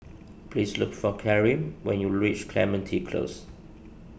please look for Kareem when you reach Clementi Close